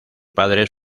padres